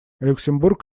люксембург